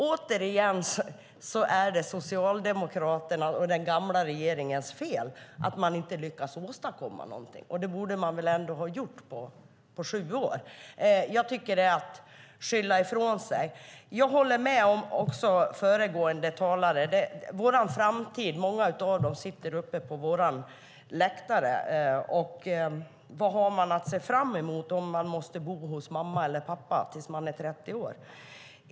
Återigen är det Socialdemokraternas och den gamla regeringens fel att man inte lyckas åstadkomma någonting. Det borde man väl ändå ha gjort på sju år. Jag tycker att det är att skylla ifrån sig. Jag håller också med föregående talare. Många av ungdomarna som är vår framtid sitter på vår läktare. Vad har de att se fram emot om de måste bo hos mamma eller pappa tills de är 30 år?